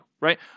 right